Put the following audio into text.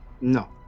no